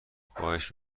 خواهش